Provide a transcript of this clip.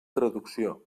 traducció